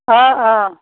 অ' অ'